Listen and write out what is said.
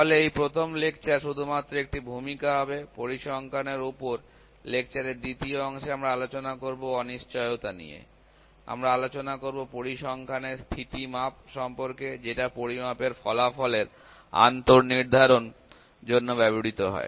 তাহলে এই প্রথম লেকচার শুধুমাত্র একটা ভূমিকা হবে পরিসংখ্যান এর ওপর লেকচারের দ্বিতীয় অংশে আলোচনা করব অনিশ্চয়তা নিয়ে আমরা আলোচনা করব পরিসংখ্যান এর স্থিতিমাপ সম্পর্কে যেটা পরিমাপের ফলাফলের আন্ত নির্ধারণ জন্য ব্যবহৃত হয়